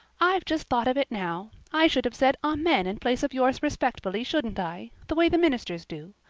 i've just thought of it now. i should have said, amen in place of yours respectfully shouldn't i the way the ministers do.